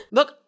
Look